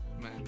man